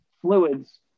fluids